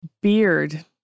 Beard